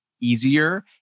easier